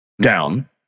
down